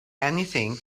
anything